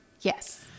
yes